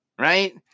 right